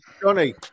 Johnny